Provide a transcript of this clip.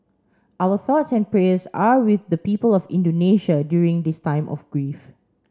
our thoughts and prayers are with the people of Indonesia during this time of grief